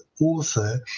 author